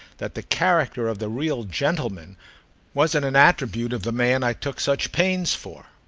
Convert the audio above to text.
that the character of the real gentleman wasn't an attribute of the man i took such pains for.